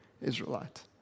Israelite